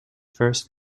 first